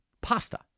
pasta